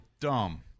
dumb